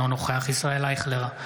אינו נוכח ישראל אייכלר,